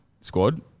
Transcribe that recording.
squad